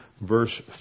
verse